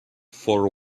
for